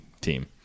team